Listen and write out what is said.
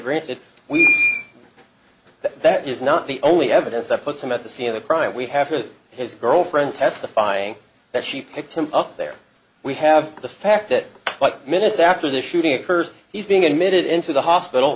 granted that that is not the only evidence that puts him at the scene of the crime we have has his girlfriend testifying that she picked him up there we have the fact that minutes after the shooting occurs he's being admitted into the hospital